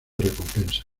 recompensa